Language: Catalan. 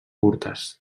curtes